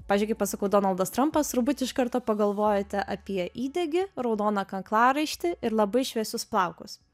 pavyzdžiui kai pasakau donaldas trampas turbūt iš karto pagalvojate apie įdegį raudoną kaklaraištį ir labai šviesius plaukus